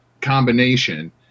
combination